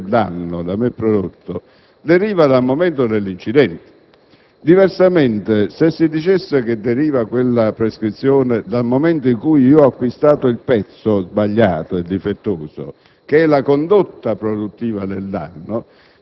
anche in questo secondo caso la prescrizione per il danno da me prodotto decorre dal momento dell'incidente. Diversamente, se si dicesse che quella prescrizione decorre dal momento in cui ho acquistato il pezzo sbagliato e difettoso,